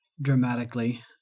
dramatically